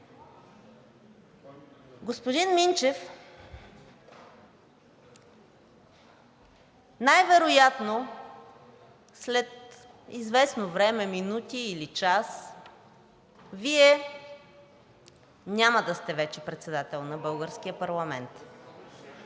Господин Минчев, най-вероятно след известно време – минути или час, Вие няма да сте вече председател на българския парламент.